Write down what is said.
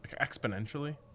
exponentially